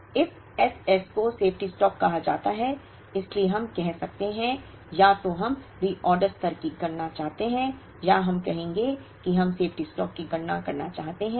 इस S S को safety stock कहा जाता है इसलिए हम कह सकते हैं कि या तो हम रीऑर्डर स्तर की गणना करना चाहते हैं या हम कहेंगे कि हम सेफ्टी स्टॉक की गणना करना चाहते हैं